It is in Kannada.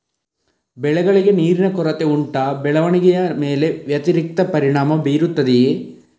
ಬೆಳೆಗಳಿಗೆ ನೀರಿನ ಕೊರತೆ ಉಂಟಾ ಬೆಳವಣಿಗೆಯ ಮೇಲೆ ವ್ಯತಿರಿಕ್ತ ಪರಿಣಾಮಬೀರುತ್ತದೆಯೇ?